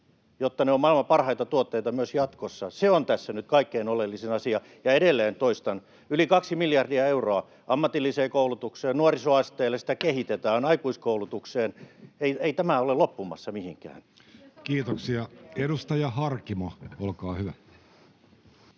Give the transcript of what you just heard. jotta ne ovat maailman parhaita tuotteita myös jatkossa — se on tässä nyt kaikkein oleellisin asia. Ja edelleen toistan: yli kaksi miljardia euroa ammatilliseen koulutukseen, nuorisoasteelle — sitä kehitetään — ja aikuiskoulutukseen. Ei tämä ole loppumassa mihinkään. [Krista Kiuru: Ja 120 miljoonaa